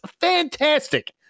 fantastic